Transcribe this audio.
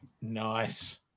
Nice